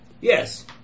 Yes